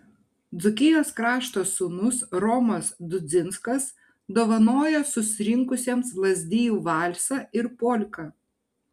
dzūkijos krašto sūnus romas dudzinskas dovanojo susirinkusiems lazdijų valsą ir polką